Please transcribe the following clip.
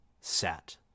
set